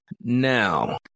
Now